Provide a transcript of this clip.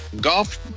golf